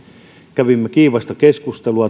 kävimme talousvaliokunnassa kiivasta keskustelua